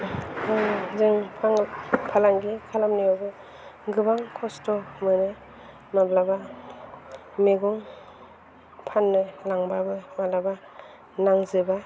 जों फालांगि खालामनायावबो गोबां खस्थ' मोनो माबालाबा मैगं फान्नो लांबाबो माब्लाबा नांजोबा